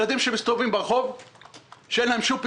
ילדים שמסתובבים ברחוב ואין להם שום פתרון,